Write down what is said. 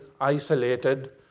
isolated